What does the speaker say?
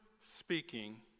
speaking